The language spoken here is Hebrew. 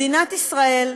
מדינת ישראל,